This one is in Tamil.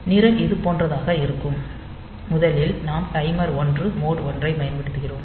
நிரல் இதுபோன்றதாக இருக்கும் முதலில் நாம் டைமர் 1 மோட் 1 ஐப் பயன்படுத்துகிறோம்